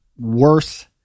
worse